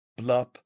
blup